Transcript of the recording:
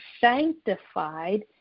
sanctified